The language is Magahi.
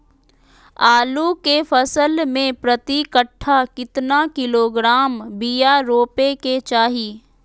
आलू के फसल में प्रति कट्ठा कितना किलोग्राम बिया रोपे के चाहि?